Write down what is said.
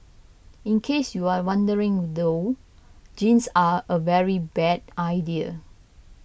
in case you are wondering though jeans are a very bad idea